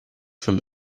from